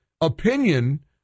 opinion